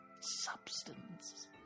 substance